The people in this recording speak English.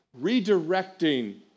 redirecting